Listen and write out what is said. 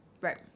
Right